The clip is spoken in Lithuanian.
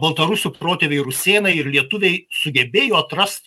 baltarusių protėviai rusėnai ir lietuviai sugebėjo atrast